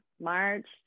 March